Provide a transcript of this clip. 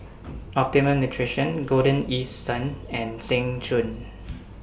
Optimum Nutrition Golden East Sun and Seng Choon